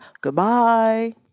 Goodbye